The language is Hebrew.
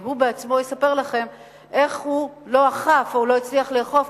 הוא בעצמו יספר לכם איך הוא לא אכף או לא הצליח לאכוף,